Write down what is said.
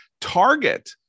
Target